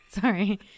sorry